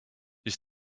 siis